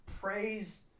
Praise